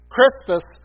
Christmas